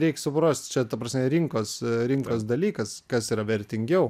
reik suprast čia ta prasme rinkos rinkos dalykas kas yra vertingiau